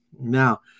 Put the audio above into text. Now